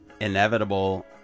inevitable